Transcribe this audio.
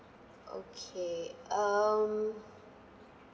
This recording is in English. okay um